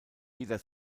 jeder